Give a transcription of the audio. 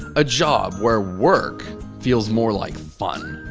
a job where work feels more like fun.